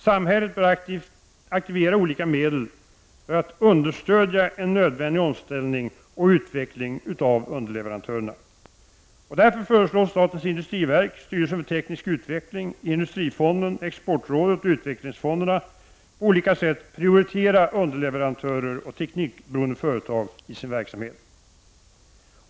Samhället bör aktivera olika medel för att understödja en nödvändig omställning och utveckling av underleverantörerna. Därför föreslås statens industriverk, styrelsen för teknisk utveckling, Industrifonden, Exportrådet och utvecklingsfonderna på olika sätt prioritera underleverantörer och teknikberoende företag i sin verksamhet.